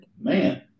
man